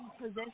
possess